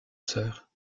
sœurs